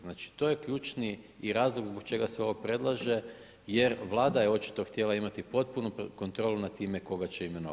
Znači, to je ključni i razlog zbog čega se ovo predlaže jer Vlada je očito htjela imati potpunu kontrolu nad time koga će imenovati.